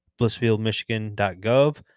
blissfieldmichigan.gov